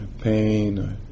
pain